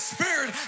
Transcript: Spirit